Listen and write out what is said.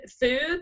foods